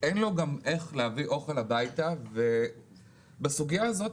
אין לו איך להביא אוכל הביתה ובסוגיה הזאת,